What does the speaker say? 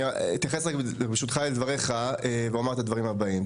אני אתייחס ברשותך לדבריך ואומר את הדברים הבאים.